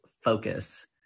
focus